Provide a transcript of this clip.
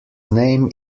name